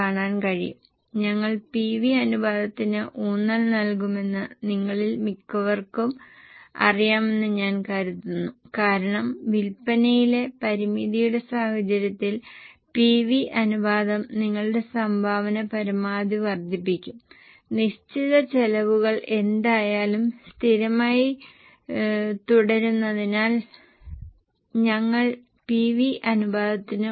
കാരണം സാധാരണവും ഇളവുള്ളതുമായ വിൽപന വിലയിൽ നൽകിയിരിക്കുന്ന കേസ് ഉപദേശം അനുസരിച്ച് ഞങ്ങൾ പ്രത്യേക വിലനിർണ്ണയത്തിലോ സർക്കാർ കരാറുകളിലോ സാധാരണ വിപണിയെ ബാധിക്കാത്ത കരാറുകളിലോ ചില കേസുകൾ നടത്തിയിട്ടുണ്ടെന്ന് നിങ്ങൾ ഓർക്കുന്നുവെങ്കിൽ അത്തരം കേസുകൾ വിപണിയെ ബാധിക്കാത്തതാണ്